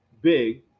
big